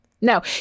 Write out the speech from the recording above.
no